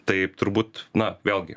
taip turbūt na vėlgi